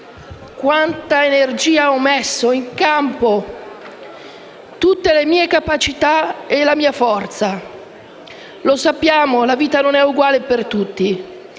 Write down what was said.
quanta energia ho messo in campo, tutte le mie capacità e la mia forza. Sappiamo che la vita non è uguale per tutti,